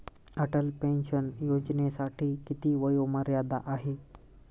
Atal pension योजनेसाठी किती वयोमर्यादा आहे?